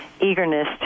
eagerness